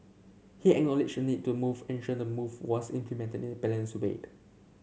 he acknowledged the need to move ensure the move was implemented balanced way